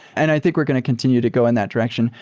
and i think we're going to continue to go in that direction.